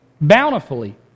bountifully